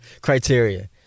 criteria